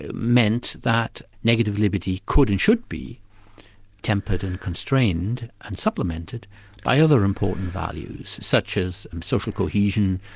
ah meant that negative liberty could and should be tempered and constrained and supplemented by other important values such as social cohesion,